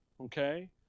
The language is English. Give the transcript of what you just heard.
Okay